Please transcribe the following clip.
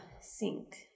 sink